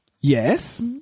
yes